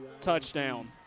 Touchdown